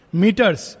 meters